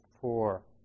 four